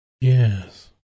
Yes